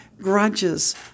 grudges